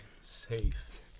safe